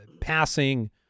passing